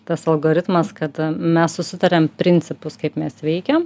tas algoritmas kad mes susitariam principus kaip mes veikiam